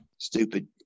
Stupid